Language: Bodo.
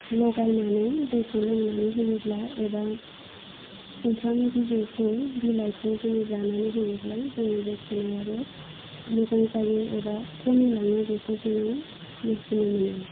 लगायनानै दैखौ लोंनानै होयोब्ला एबा सुमफ्राम बिजौखौ बिलाइखौ जोङो जानानै होयोब्ला जोंनि बे खिनायाबो मोजां जायो एबा खमि लाङो बेखौ जोङो मोनथिनो मोनो